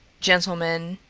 gentlemen.